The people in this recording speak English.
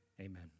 Amen